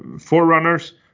forerunners